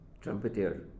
trumpeter